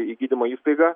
į gydymo įstaigą